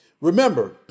remember